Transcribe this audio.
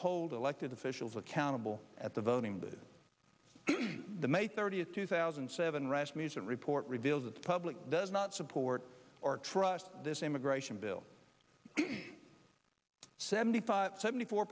hold elected officials accountable at the voting booth the may thirtieth two thousand and seven rasmussen report reveals that the public does not support or trust this immigration bill seventy five seventy four